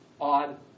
Odd